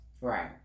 Right